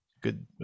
good